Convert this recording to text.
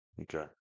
okay